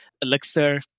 Elixir